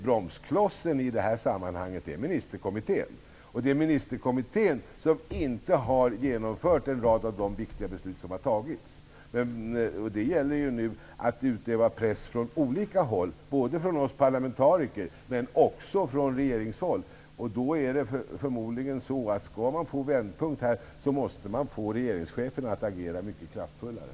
Bromsklossen i det här sammanhanget är ministerkommittén. Det är ministerkommittén som inte har genomfört en rad av de viktiga beslut som har fattats. Det gäller nu att utöva press från olika håll, både från oss parlamentariker men också från regeringshåll. Skall man få en vändpunkt, måste man få regeringschefen att agera mycket kraftfullare.